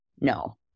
No